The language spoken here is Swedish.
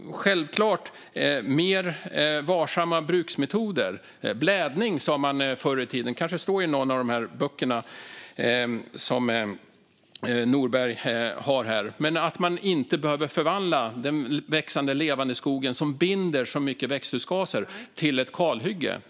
Självklart behövs mer varsamma bruksmetoder. Blädning, talade man om förr i tiden, och det kanske står om det i någon av böckerna som Nordberg visade här. Det innebär att man inte behöver förvandla den växande, levande skogen som binder så mycket växthusgaser till ett kalhygge.